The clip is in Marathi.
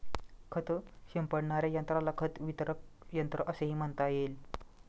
खत शिंपडणाऱ्या यंत्राला खत वितरक यंत्र असेही म्हणता येईल